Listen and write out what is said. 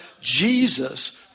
Jesus